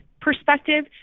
perspective